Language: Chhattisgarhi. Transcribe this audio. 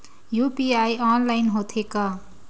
यू.पी.आई ऑनलाइन होथे का?